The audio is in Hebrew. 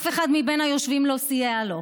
אף אחד מהיושבים לא סייע לו.